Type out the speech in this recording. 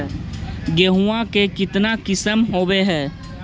गेहूमा के कितना किसम होबै है?